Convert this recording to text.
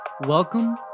Welcome